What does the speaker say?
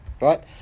right